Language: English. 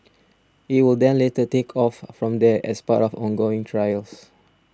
it will then later take off from there as part of ongoing trials